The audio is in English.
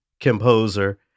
composer